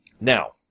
Now